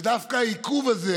דווקא העיכוב הזה